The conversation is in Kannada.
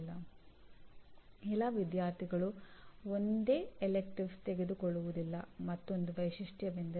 ಮಾನ್ಯತೆ ಎನ್ನುವುದು ಉತ್ತಮ ಎಂಜಿನಿಯರ್ಗಳನ್ನು ಉತ್ಪಾದಿಸಲಾಗಿದೆಯೇ ಎಂದು ಖಚಿತಪಡಿಸಿಕೊಳ್ಳುವ ಪ್ರಕ್ರಿಯೆಯಾಗಿದೆ